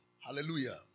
Hallelujah